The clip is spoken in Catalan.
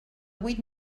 vuit